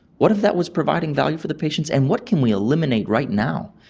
what if that was providing value for the patients, and what can we eliminate right now?